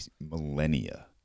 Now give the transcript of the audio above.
millennia